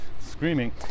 screaming